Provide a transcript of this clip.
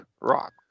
rock